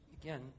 again